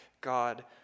god